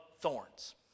thorns